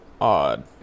Odd